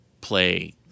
Play